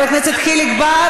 בושה.